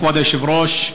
כבוד היושב-ראש,